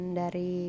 dari